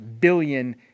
billion